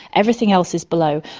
everything else is below.